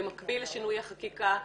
במקביל לשינוי החקיקה.